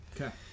Okay